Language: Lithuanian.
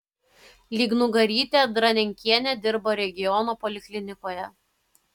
lygnugarytė dranenkienė dirbo regiono poliklinikoje